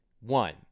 One